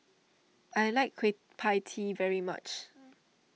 I like Kueh Pie Tee very much